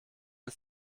ist